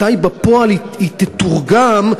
מתי בפועל היא תתורגם,